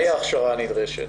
מה היא ההכשרה הנדרשת?